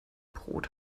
brot